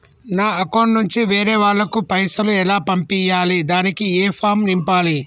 నా అకౌంట్ నుంచి వేరే వాళ్ళకు పైసలు ఎలా పంపియ్యాలి దానికి ఏ ఫామ్ నింపాలి?